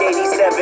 87